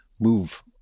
move